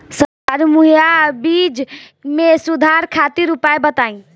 सरकारी मुहैया बीज में सुधार खातिर उपाय बताई?